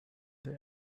the